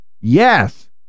Yes